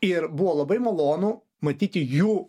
ir buvo labai malonu matyti jų